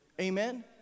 Amen